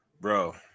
Bro